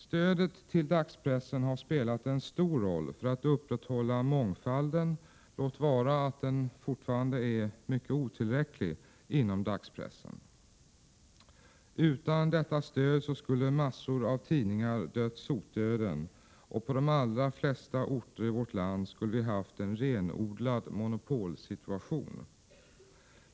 Stödet till dagspressen har spelat en stor roll för att upprätthålla mångfalden — låt vara att den är mycket otillräcklig — inom dagspressen. Utan 15 detta stöd skulle massor av tidningar ha dött sotdöden och på de allra flesta orter i vårt land skulle vi ha haft en renodlad monopolsituation.